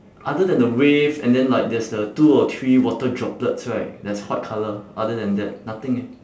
other than the wave and then like there's the two or three water droplets right that's white colour other than that nothing eh